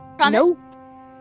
No